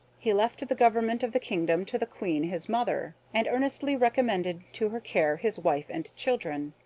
he left the government of the kingdom to the queen his mother, and earnestly recommended to her care his wife and children.